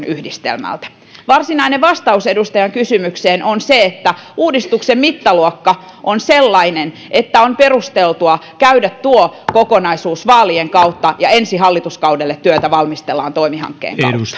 yhdistelmältä varsinainen vastaus edustajan kysymykseen on se että uudistuksen mittaluokka on sellainen että on perusteltua käydä tuo kokonaisuus vaalien kautta ja ensi hallituskaudelle työtä valmistellaan toimi hankkeen